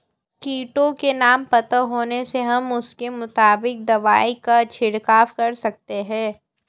कीटों के नाम पता होने से हम उसके मुताबिक दवाई का छिड़काव कर सकते हैं